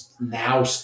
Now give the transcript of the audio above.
now